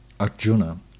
Arjuna